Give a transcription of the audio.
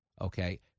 okay